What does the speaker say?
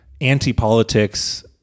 anti-politics